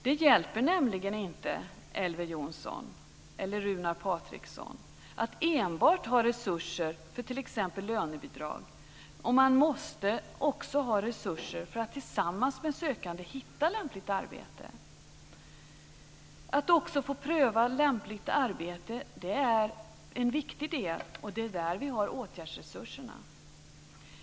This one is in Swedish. Det hjälper nämligen inte, Elver Jonsson eller Runar Patriksson, att enbart ha resurser för t.ex. lönebidrag om man också måste ha resurser för att tillsammans med sökanden hitta lämpligt arbete. Att få pröva lämpligt arbete är en viktig del, och det är där vi har åtgärdsresurserna.